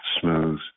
smooth